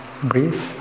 breathe